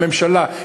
הממשלה,